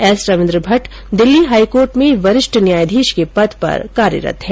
S Ravindra Bhatt Delhi high court में वरिष्ठ न्यायाधीश के पद पर कार्यरत है